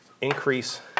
increase